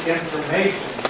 information